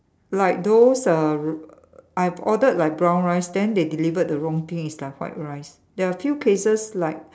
like those err I have ordered like brown rice then they delivered the wrong thing is like white rice there are few cases like